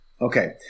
Okay